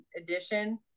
edition